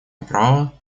направо